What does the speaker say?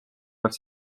pealt